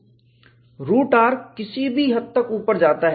root r किसी हद तक ऊपर जाता है